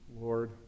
Lord